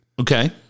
Okay